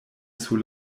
sur